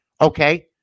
Okay